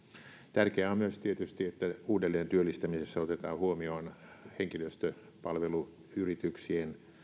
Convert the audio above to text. tärkeää on myös tietysti että uudelleentyöllistämisessä otetaan huomioon henkilöstöpalveluyrityksien